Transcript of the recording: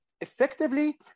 effectively